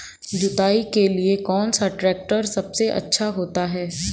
जुताई के लिए कौन सा ट्रैक्टर सबसे अच्छा होता है?